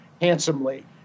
handsomely